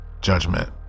judgment